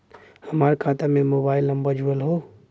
हमार खाता में मोबाइल नम्बर जुड़ल हो?